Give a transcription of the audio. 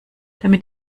damit